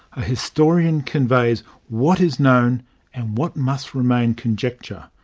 a historian conveys what is known and what must remain conjecture.